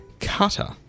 cutter